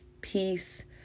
peace